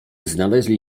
znaleźli